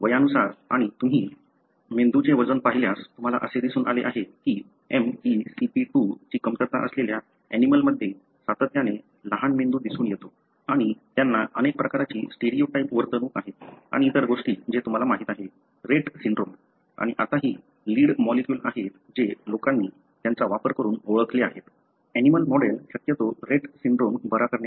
वयानुसार आणि तुम्ही ऍनिमलंचे वजन पाहिल्यास तुम्हाला असे दिसून आले आहे की MeCp 2 ची कमतरता असलेल्या ऍनिमलंमध्ये सातत्याने लहान ऍनिमलं दिसून येतो आणि त्यांना अनेक प्रकारची स्टिरियोटाइप वर्तणूक आहे आणि इतर गोष्टी जे तुम्हाला माहीत आहे रेट सिंड्रोम आणि आताही लीड मॉलिक्युल आहेत जे लोकांनी त्यांचा वापर करून ओळखले आहेत ऍनिमलं मॉडेल शक्यतो रेट सिंड्रोम बरा करण्यासाठी